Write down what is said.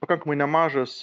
pakankamai nemažas